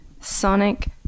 Sonic